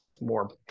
more